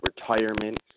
retirement